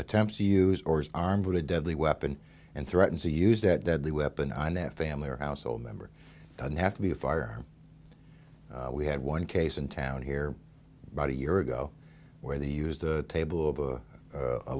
attempts to use or is armed with a deadly weapon and threatens to use that deadly weapon on that family or household member doesn't have to be a fire we had one case in town here about a year ago where they used the table